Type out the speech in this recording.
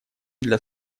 для